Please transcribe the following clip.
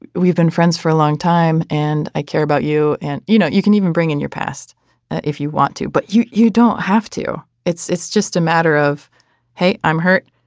we've been friends for a long time and i care about you and you know you can even bring in your past if you want to but you you don't have to. it's it's just a matter of hey i'm hurt.